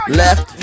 left